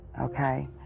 okay